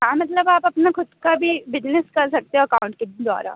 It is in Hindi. हाँ मतलब आप अपना खुद का भी बिजनेस कर सकते हो अकाउंट के द्वारा